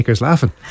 laughing